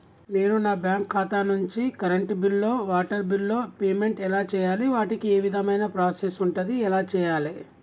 నేను నా బ్యాంకు ఖాతా నుంచి కరెంట్ బిల్లో వాటర్ బిల్లో పేమెంట్ ఎలా చేయాలి? వాటికి ఏ విధమైన ప్రాసెస్ ఉంటది? ఎలా చేయాలే?